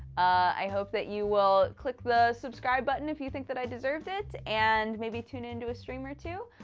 i hope that you will. click the subscribe button if you think that i deserved it, and maybe tune into a stream or two.